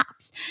apps